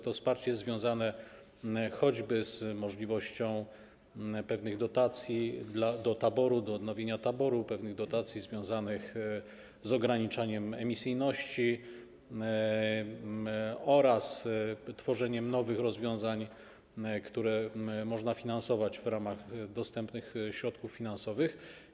To wsparcie jest związane choćby z możliwością pewnych dotacji do taboru, odnowienia taboru, pewnych dotacji związanych z ograniczaniem emisyjności oraz tworzeniem nowych rozwiązań, które można finansować w ramach dostępnych środków finansowych.